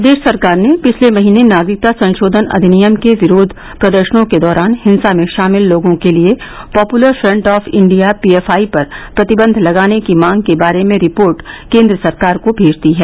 प्रदेश सरकार ने पिछले महीने नागरिकता संशोधन अधिनियम के विरोध प्रदर्शनों के दौरान हिंसा में शामिल लोगों के लिए popular front of India PFI पर प्रतिबंध लगाने की मांग के बारे में रिपोर्ट केन्द्र सरकार को भेज दी है